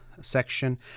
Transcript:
section